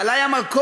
אבל היה מקום